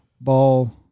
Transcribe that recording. ball